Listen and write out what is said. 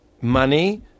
Money